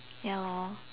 ya lor